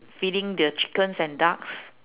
feeding the chickens and ducks